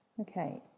Okay